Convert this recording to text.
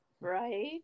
Right